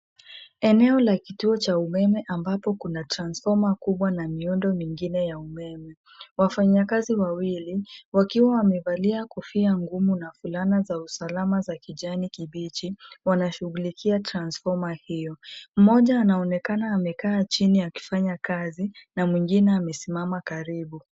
Eneo la kituo cha umeme ambapo kuna transfoma kubwa na miundo mingine ya umeme. Wafanyakazi wawili wakiwa wamevalia kofia ngumu na fulana za usalama za kijani kibichi wanashughulikia transfoma hio. Mmoja anaonekana akiwa amekaa chini akifanya kazi na mwingine amesimama karibu.